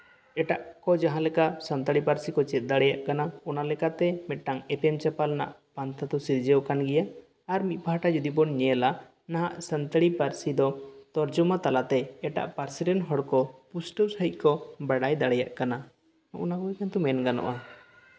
ᱮᱴᱟᱜ ᱠᱚ ᱡᱟᱦᱟᱸᱞᱮᱠᱟ ᱥᱟᱱᱛᱟᱲᱤ ᱯᱟᱹᱨᱥᱤ ᱠᱚ ᱪᱮᱫ ᱫᱟᱲᱮᱭᱟᱜ ᱠᱟᱱᱟ ᱚᱱᱟᱞᱮᱠᱟᱛᱮ ᱢᱤᱫᱴᱟᱱ ᱮᱯᱮᱢ ᱪᱟᱯᱟᱞ ᱨᱮᱭᱟᱜ ᱯᱟᱱᱛᱷᱟ ᱫᱚ ᱥᱤᱨᱡᱟᱹᱣ ᱟᱠᱟᱱ ᱜᱮᱭᱟ ᱟᱨ ᱢᱤᱫ ᱯᱟᱦᱴᱟ ᱡᱩᱫᱤ ᱵᱚᱱ ᱧᱮᱞᱟ ᱱᱟᱦᱟᱜ ᱥᱟᱱᱛᱟᱲᱤ ᱯᱟᱹᱨᱥᱤ ᱫᱚ ᱛᱚᱨᱡᱚᱢᱟ ᱛᱟᱞᱟ ᱛᱮ ᱮᱴᱟᱜ ᱯᱟᱹᱨᱥᱤ ᱨᱮᱱ ᱦᱚᱲ ᱠᱚ ᱯᱩᱥᱴᱟᱹᱣ ᱥᱟᱺᱦᱤᱡ ᱠᱚ ᱵᱟᱰᱟᱭ ᱫᱟᱲᱮᱭᱟᱜ ᱠᱟᱱᱟ ᱦᱚᱸᱜᱼᱚ ᱱᱟ ᱠᱚᱜᱮ ᱠᱤᱱᱛᱩ ᱢᱮᱱ ᱜᱟᱱᱚᱜᱼᱟ